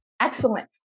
Excellent